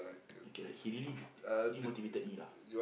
I cannot he really demotivated me lah